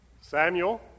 Samuel